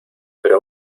pero